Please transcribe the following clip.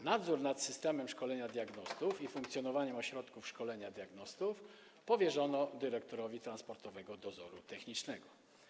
Nadzór nad systemem szkolenia diagnostów i funkcjonowaniem ośrodków szkolenia diagnostów powierzono dyrektorowi Transportowego Dozoru Technicznego.